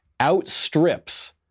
outstrips